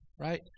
right